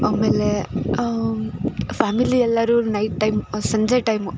ಆಮೇಲೆ ಫ್ಯಾಮಿಲಿ ಎಲ್ಲರೂ night time ಸಂಜೆ ಟೈಮು